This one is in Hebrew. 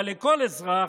אבל לכל אזרח,